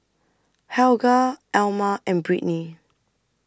Helga Alma and Britney